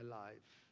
life